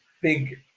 big